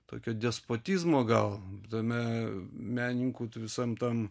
tokio despotizmo gal tame menininkų visam tam